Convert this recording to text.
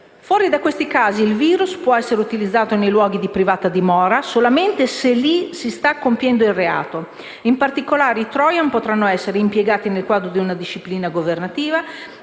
Fuori da questi casi, il *virus* può essere utilizzato nei luoghi di privata dimora solamente se lì si sta compiendo il reato. In particolare, i Trojan potranno essere impiegati nel quadro di una disciplina governativa